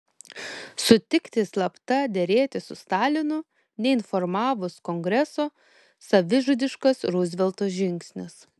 sutikti slapta derėtis su stalinu neinformavus kongreso savižudiškas ruzvelto žingsnis